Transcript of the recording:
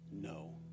No